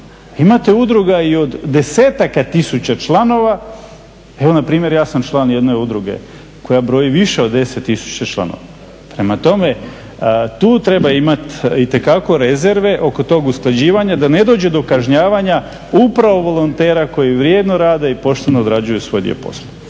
Imate udruga od desetaka tisuća članove. Evo npr. ja sam član jedne udruge koja broji više od 10 tisuća članova. Prema tome, tu treba imati itekako rezerve oko tog usklađivanja da ne dođe do kažnjavanja upravo volontera koji vrijedno rade i pošteno odrađuju svoj dio posla.